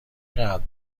قدر